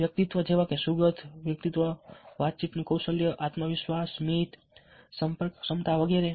વ્યક્તિત્વ જેવા કે સુખદ વ્યક્તિત્વ વાતચીત નું કૌશલ્ય આત્મવિશ્વાસ સ્મિત સંપર્કક્ષમતા વગેરે